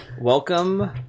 Welcome